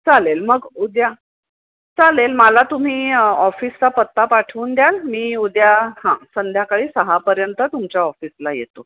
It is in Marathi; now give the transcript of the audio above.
चालेल मग उद्या चालेल मला तुम्ही ऑफिसचा पत्ता पाठवून द्याल मी उद्या हां संध्याकाळी सहापर्यंत तुमच्या ऑफिसला येतो